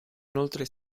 inoltre